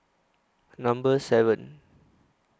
Number seven